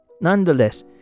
nonetheless